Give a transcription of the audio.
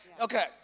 Okay